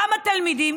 כמה תלמידים.